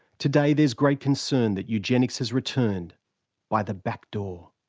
today there's great concern that eugenics has returned by the backdoor.